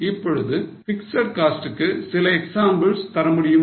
இப்பொழுது பிக்ஸட் காஸ்ட்க்கு சில எக்ஸாம்பிள் தர முடியுமா